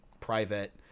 private